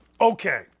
Okay